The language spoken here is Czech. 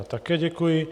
Také děkuji.